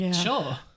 Sure